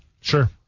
Sure